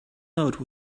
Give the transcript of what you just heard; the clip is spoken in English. note